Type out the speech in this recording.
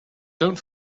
don‘t